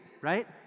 Right